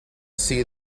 see